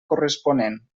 corresponent